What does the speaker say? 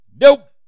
nope